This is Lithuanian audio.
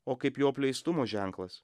o kaip jo apleistumo ženklas